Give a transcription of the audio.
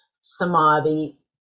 samadhi